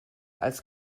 als